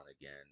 again